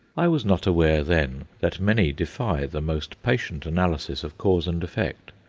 i was not aware then that many defy the most patient analysis of cause and effect.